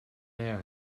there